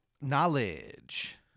knowledge